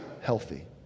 healthy